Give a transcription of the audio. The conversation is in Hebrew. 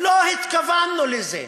לא התכוונו לזה.